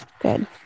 Good